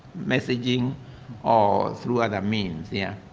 messaging or through other means, yeah